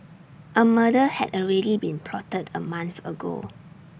A murder had already been plotted A month ago